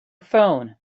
phone